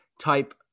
type